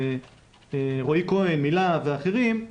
רועי כהן מלהב ואחרים,